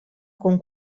con